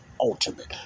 ultimate